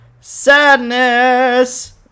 Sadness